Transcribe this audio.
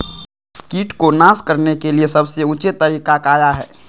किट को नास करने के लिए सबसे ऊंचे तरीका काया है?